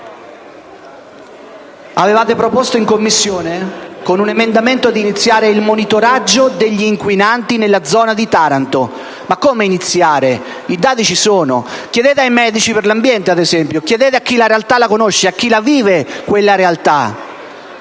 Avevate proposto in Commissione, con un emendamento, di iniziare il monitoraggio degli inquinanti nella zona di Taranto. Ma come iniziare? I dati ci sono: chiedete ai medici per l'ambiente, ad esempio; chiedete a chi la realtà la conosce, a chi quella realtà